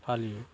फालियो